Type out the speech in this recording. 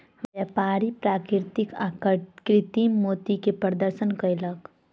व्यापारी प्राकृतिक आ कृतिम मोती के प्रदर्शन कयलक